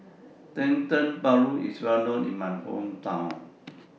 Dendeng Paru IS Well known in My Hometown